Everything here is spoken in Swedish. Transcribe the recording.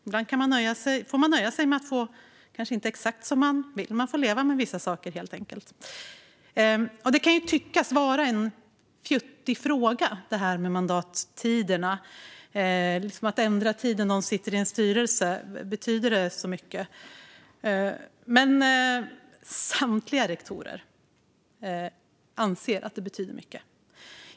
Ibland får man nöja sig med att inte få exakt som man vill. Man får helt enkelt leva med vissa saker. Det kan tyckas vara en fjuttig fråga, det här med mandattiderna. Att ändra tiden någon sitter i en styrelse - betyder det så mycket? Men samtliga rektorer anser att det betyder mycket.